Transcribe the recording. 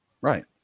right